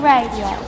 Radio